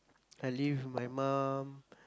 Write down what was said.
I live with my mum